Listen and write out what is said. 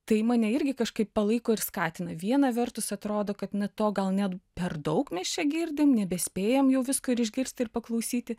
tai mane irgi kažkaip palaiko ir skatina viena vertus atrodo kad na to gal net per daug mes čia girdim nebespėjam jau visko ir išgirsti ir paklausyti